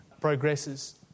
progresses